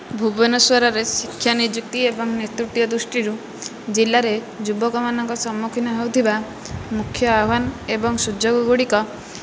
ଭୂବନେଶ୍ୱରରେ ଶିକ୍ଷା ନିଯୁକ୍ତି ଏବଂ ନେତୃତ୍ୱ ଦୃଷ୍ଟିରୁ ଜିଲ୍ଲାରେ ଯୁବକମାନଙ୍କ ସମ୍ମୁଖୀନ ହେଉଥିବା ମୁଖ୍ୟ ଆହ୍ୱାନ ଏବଂ ସୁଯୋଗଗୁଡ଼ିକ